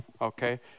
okay